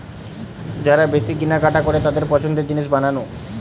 যারা বেশি কিনা কাটা করে তাদের পছন্দের জিনিস বানানো